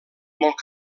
molt